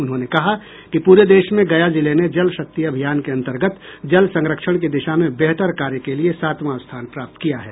उन्होंने कहा कि पूरे देश में गया जिले ने जलशक्ति अभियान के अंतर्गत जल संरक्षण की दिशा में बेहतर कार्य के लिए सातवां स्थान प्राप्त किया है